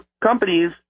companies